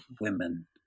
women